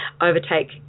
overtake